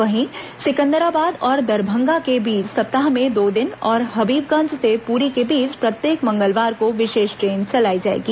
वहीं सिकंदराबाद और दरभंगा के बीच सप्ताह में दो दिन और हबीबगंज से पुरी के बीच प्रत्येक मंगलवार को विशेष ट्रेन चलाई जाएगी